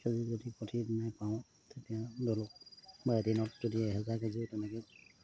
কে জিয়ে প্ৰতি প্ৰতিমাহে পাওঁ তেতিয়া ধৰক বা এদিনত যদি এহেজাৰ কে জি তেনেকৈ